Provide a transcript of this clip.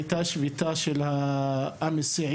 הייתה שביתה של המסיעים.